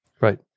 Right